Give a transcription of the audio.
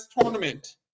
tournament